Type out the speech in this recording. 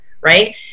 Right